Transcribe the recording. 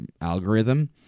algorithm